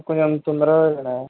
కొంచెం తొందరగా చూడండి